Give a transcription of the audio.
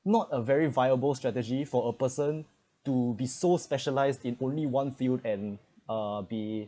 not a very viable strategy for a person to be so specialized in only one field and uh be